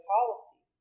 Policy